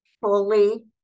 fully